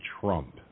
Trump